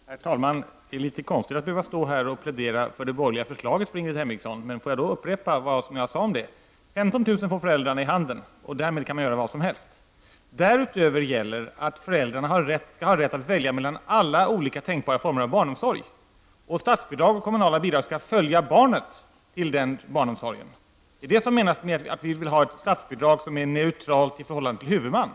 Herr talman! Det känns litet konstigt att stå här och plädera för det borgerliga förslaget, Ingrid Hemmingsson. Låt mig upprepa vad jag sade om det. 15 000 kr. får föräldrarna i handen, och med de pengarna kan de göra vad som helst. Därutöver gäller att föräldrarna har rätt att välja mellan alla olika tänkbara former av barnomsorg. Statsbidrag och kommunala bidrag skall följa barnet i den omsorg de väljer. Det är det som menas att vi vill ha ett statsbidrag som är neutralt i förhållande till huvudman.